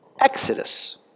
Exodus